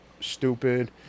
stupid